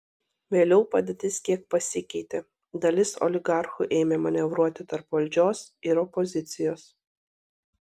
vėliau padėtis kiek pasikeitė dalis oligarchų ėmė manevruoti tarp valdžios ir opozicijos